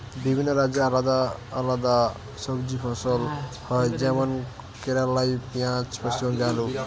বিভিন্ন রাজ্যে আলদা আলদা সবজি ফসল হয় যেমন কেরালাই পিঁয়াজ, পশ্চিমবঙ্গে আলু